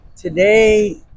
Today